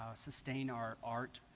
sustain our art,